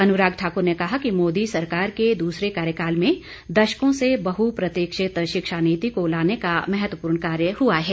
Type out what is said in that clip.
अनुराग ठाकुर ने कहा कि मोदी सरकार के दूसरे कार्यकाल में दशकों से बहुप्रतिक्षित शिक्षा नीति को लाने का महत्वपूर्ण कार्य हुआ है